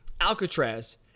Alcatraz